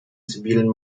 zivilen